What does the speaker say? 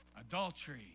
Adultery